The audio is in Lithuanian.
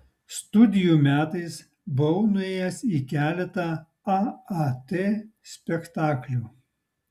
studijų metais buvau nuėjęs į keletą aat spektaklių